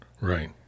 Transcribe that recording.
Right